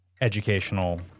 educational